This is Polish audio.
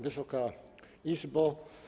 Wysoka Izbo!